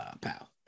pal